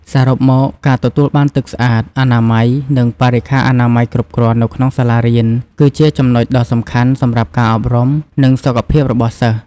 សរុបមក ការទទួលបានទឹកស្អាត អនាម័យ និងបរិក្ខារអនាម័យគ្រប់គ្រាន់នៅក្នុងសាលារៀន គឺជាចំណុចដ៏សំខាន់សម្រាប់ការអប់រំ និងសុខភាពរបស់សិស្ស។